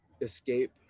escape